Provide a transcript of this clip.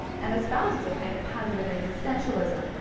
and espouses a kind of positive existentialism.